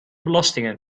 belastingen